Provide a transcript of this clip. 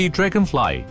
Dragonfly